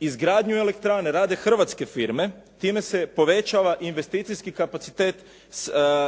Izgradnju elektrane rade hrvatske firme. Time se povećava investicijski kapacitet